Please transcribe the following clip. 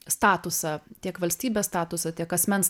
statusą tiek valstybės statusą tiek asmens